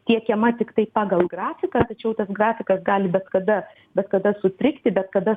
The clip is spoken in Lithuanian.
tiekiama tiktai pagal grafiką tačiau tas grafikas gali bet kada bet kada sutrikti bet kada